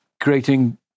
creating